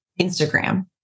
Instagram